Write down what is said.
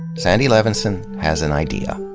sandy levinson has an idea.